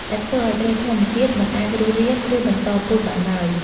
ដែលធ្វើឱ្យត្រីធម្មជាតិមិនអាចរស់រាន ឬបន្តពូជបានឡើយ។